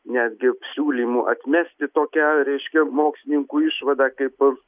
netgi siūlymų atmesti tokią reiškia mokslininkų išvadą kaip